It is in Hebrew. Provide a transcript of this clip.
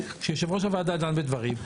כשיושב ראש הוועדה דן בדברים.